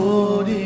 Lord